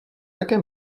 jaké